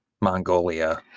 Mongolia